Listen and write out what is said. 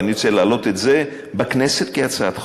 ואני רוצה להעלות את זה בכנסת כהצעת חוק,